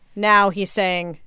now he's saying,